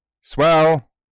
swell